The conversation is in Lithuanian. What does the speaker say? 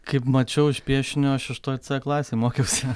kaip mačiau iš piešinio šeštoj klasėj mokiausi